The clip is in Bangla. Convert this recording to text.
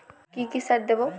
কি কি সার দেবো?